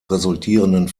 resultierenden